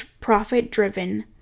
profit-driven